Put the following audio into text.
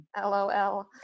LOL